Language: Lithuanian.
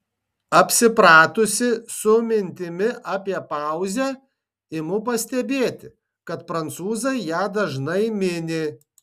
apsipratusi su mintimi apie pauzę imu pastebėti kad prancūzai ją dažnai mini